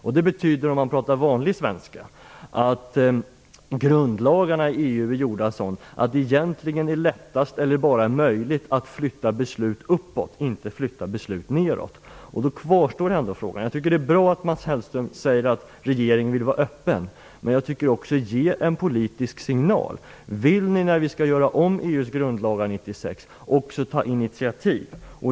Om man talar vanlig svenska betyder det att grundlagarna i EU är sådana att det är lättast eller bara möjligt att flytta beslut uppåt, inte neråt. Jag tycker att det är bra att Mats Hellström säger att regeringen vill vara öppen, men ni borde också ge en politisk signal. Frågan kvarstår alltså: Vill ni när EU:s grundlagar skall göras om 1996 också ta initiativ?